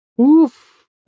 Oof